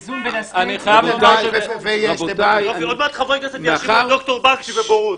עוד מעט חברי כנסת יאשימו את ד"ר בקשי בבורות.